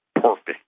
perfect